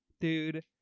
Dude